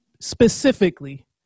specifically